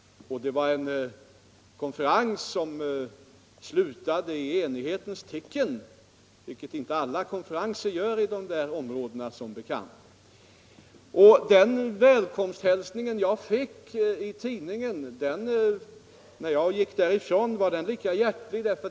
Det var en konferens som slutade i enighetens tecken, vilket inte alla konferenser gör i det där området som bekant. Jag fick en välkomsthälsning i tidningen när jag kom, och när jag gick därifrån var hälsningen lika hjärtlig.